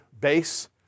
base